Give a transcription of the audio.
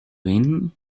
ven